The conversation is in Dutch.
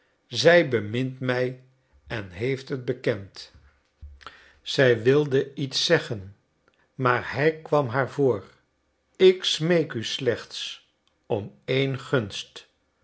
zij bemint mij en heeft het bekend zij wilde iets zeggen maar hij kwam haar voor ik smeek u slechts om één gunst